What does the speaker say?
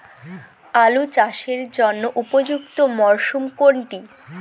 আলু চাষের জন্য উপযুক্ত মরশুম কোনটি?